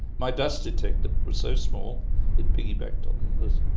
my dust detector was so small it piggy-backed on the others.